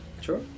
Sure